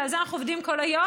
ועל זה אנחנו עובדים כל היום,